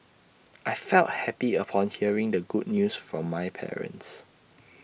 I felt happy upon hearing the good news from my parents